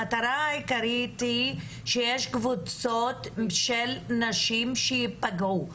המטרה העיקרית היא לדבר על כך שיש קבוצות של נשים שייפגעו.